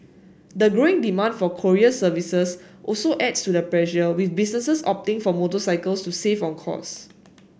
the growing demand for courier services also adds to the pressure with businesses opting for motorcycles to save on cost